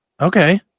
okay